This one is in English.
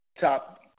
top